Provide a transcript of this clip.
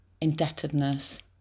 indebtedness